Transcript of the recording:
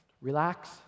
Relax